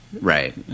Right